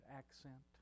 accent